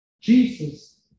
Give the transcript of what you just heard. Jesus